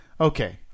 Okay